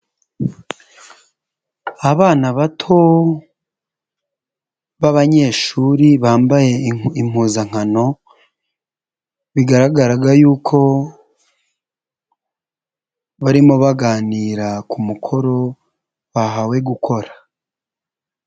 Abana bato b'abanyeshuri bambaye impuzankano, bigaragaraga yuko, barimo baganira ku mukoro bahawe gukora.